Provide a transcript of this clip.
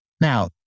Now